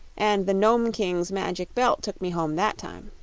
and the nome king's magic belt took me home that time.